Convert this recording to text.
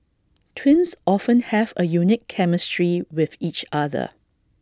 twins often have A unique chemistry with each other